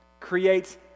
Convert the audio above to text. Creates